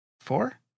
four